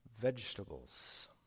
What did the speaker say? vegetables